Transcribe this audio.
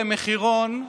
מחירון,